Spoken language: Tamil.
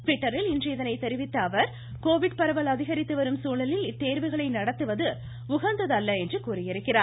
ட்விட்டரில் இன்று இதனை தெரிவித்த அவர் கோவிட் பரவல் அதிகரித்து வரும் சூழலில் இத்தேர்வுகளை நடத்துவது உகந்தது அல்ல என்று கூறியுள்ளார்